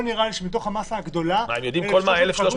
נראה לי שבתוך המסה הגדולה --- הם יודעים מה עושים כל ה-1,300?